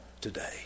today